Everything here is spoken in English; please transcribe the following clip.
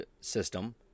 system